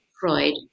Freud